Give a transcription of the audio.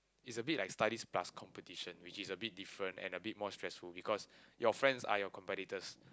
is a big like studies plus competition which is a big different and a bit more stressful because your friends are your competitor